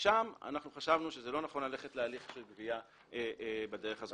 שם חשבנו שלא נכון ללכת להליך של גבייה בדרך הזאת.